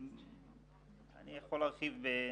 אני יכול להרחיב,